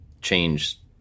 change